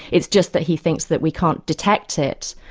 it's just that he thinks that we can't detect it,